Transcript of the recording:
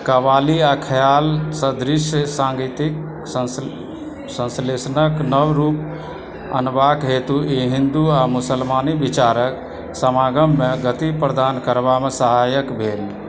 कव्वाली आ ख्याल सदृश साङ्गीतिक संश्लेषणके नव रूप अनबाक हेतु ई हिन्दू आ मुसलमानी विचारके समागममे गति प्रदान करबामे सहायक भेल